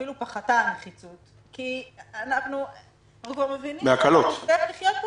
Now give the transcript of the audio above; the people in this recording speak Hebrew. אפילו פחתה הנחיצות כי אנחנו כבר מבינים שאנחנו נצטרך לחיות פה